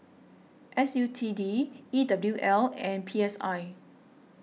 S U T D E W L and P S I